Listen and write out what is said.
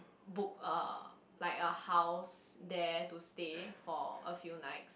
book a like a house there to stay for a few night